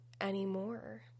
anymore